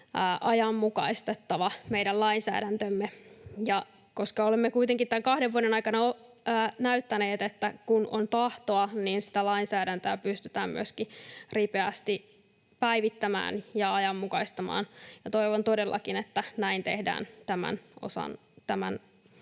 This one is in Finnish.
ajanmukaistettava meidän lainsäädäntöämme. Ja koska olemme kuitenkin tämän kahden vuoden aikana näyttäneet, että kun on tahtoa, niin sitä lainsäädäntöä pystytään myöskin ripeästi päivittämään ja ajanmukaistamaan, niin toivon todellakin, että näin tehdään varsinkin